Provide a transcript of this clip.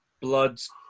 bloods